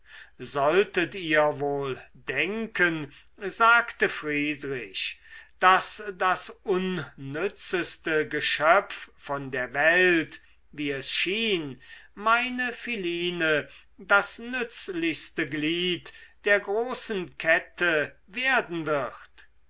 solltet ihr wohl denken sagte friedrich daß das unnützeste geschöpf von der welt wie es schien meine philine das nützlichste glied der großen kette werden wird